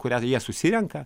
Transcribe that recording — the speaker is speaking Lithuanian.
kurią jie susirenka